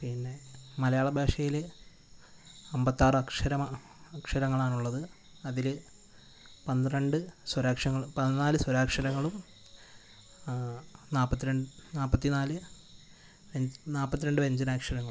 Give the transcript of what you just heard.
പിന്നെ മലയാള ഭാഷയിൽ അമ്പത്താറ് അക്ഷരങ്ങളാണ് ഉള്ളത് അതിൽ പന്ത്രണ്ട് പതിനാല് സ്വരാക്ഷരങ്ങളും നാല്പത്തി നാല്പത്തി നാല് നാല്പത്തി രണ്ട് വ്യഞ്ജനാക്ഷരങ്ങളും